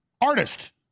artist